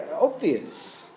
obvious